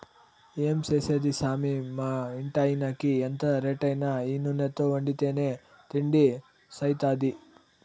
ఏం చేసేది సామీ మా ఇంటాయినకి ఎంత రేటైనా ఈ నూనెతో వండితేనే తిండి సయిత్తాది